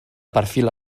perfil